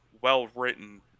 well-written